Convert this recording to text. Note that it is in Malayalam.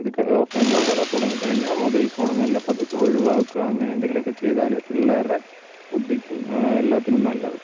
ഇത് ഓഫ്ലൈൻ ക്ലാസ്സൊക്കെ തുടങ്ങി കഴിഞ്ഞാൽ മൊബൈൽ ഫോണ് മെല്ലെ പതുക്കെ ഒഴിവാക്കുക അങ്ങനെ എന്തെങ്കിലുമൊക്കെ ചെയ്താൽ പിള്ളേരുടെ ബുദ്ധിക്കും എല്ലാത്തിനും നല്ലത്